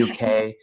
UK